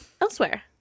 elsewhere